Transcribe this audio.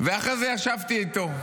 ואחרי זה ישבתי איתו.